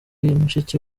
mushiki